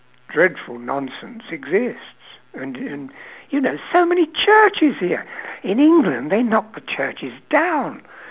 dreadful nonsense exists and and you know so many churches here in england they knock the churches down